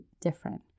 different